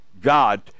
god